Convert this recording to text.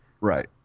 Right